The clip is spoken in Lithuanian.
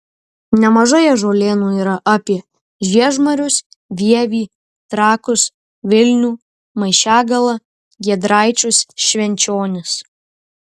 nemažai ąžuolynų yra apie žiežmarius vievį trakus vilnių maišiagalą giedraičius švenčionis